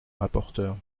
rapporteure